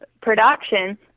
production